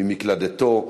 ממקלדתו,